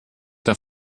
der